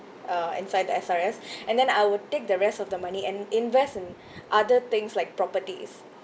uh inside the S_R_S and then I will take the rest of the money and invest in other things like properties